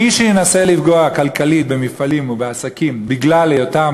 מי שינסה לפגוע כלכלית במפעלים או בעסקים בגלל היותם